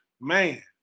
man